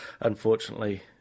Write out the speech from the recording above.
unfortunately